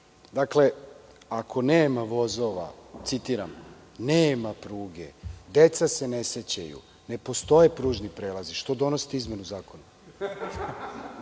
grešku. Dakle, ako nema vozova, citiram – nema pruge, deca se ne sećaju, ne postoje pružni prelazi, što donosite izmenu zakona?